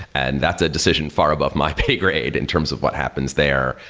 and that's a decision far above my pay grade in terms of what happens there.